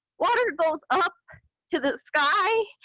water goes up to the sky,